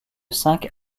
cinq